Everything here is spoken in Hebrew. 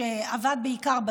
שעבד בעיקר בטיקטוק.